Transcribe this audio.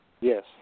Yes